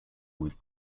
with